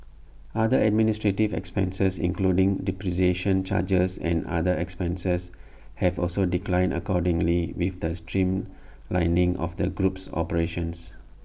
other administrative expenses including depreciation charges and other expenses have also declined accordingly with the streamlining of the group's operations